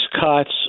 cuts